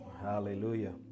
Hallelujah